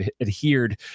adhered